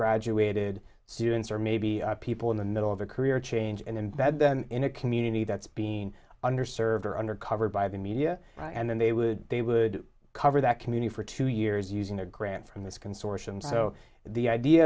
graduated students or maybe people in the middle of a career change and embed them in a community that's been under served or under covered by the media and then they would they would cover that community for two years using a grant from this consortium so the